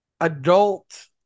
adult